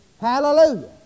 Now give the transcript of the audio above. Hallelujah